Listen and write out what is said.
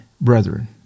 brethren